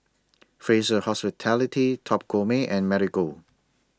Fraser Hospitality Top Gourmet and Marigold